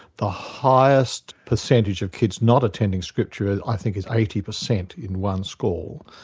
the highest percentage of kids not attending scripture, i think is eighty percent in one school.